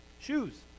Shoes